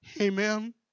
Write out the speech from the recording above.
Amen